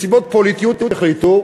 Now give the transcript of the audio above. מסיבות פוליטיות החליטו,